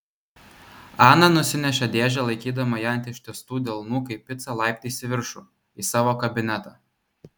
ana nusinešė dėžę laikydama ją ant ištiestų delnų kaip picą laiptais į viršų į savo kabinetą